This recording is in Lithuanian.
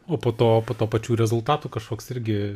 o po to po to pačių rezultatų kažkoks irgi